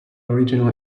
original